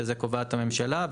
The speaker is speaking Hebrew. שאת זה קובעת הממשלה.